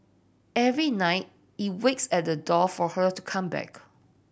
every night it waits at the door for her to come back